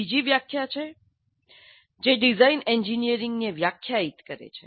બીજી વ્યાખ્યા છે જે ડિઝાઇન એન્જિનિયરિંગને વ્યાખ્યાયિત કરે છે